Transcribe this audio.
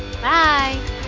Bye